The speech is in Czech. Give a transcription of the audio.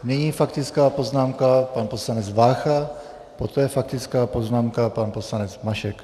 Nyní faktická poznámka pan poslanec Vácha, poté faktická poznámka pan poslanec Mašek.